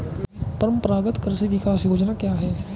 परंपरागत कृषि विकास योजना क्या है?